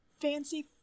fancy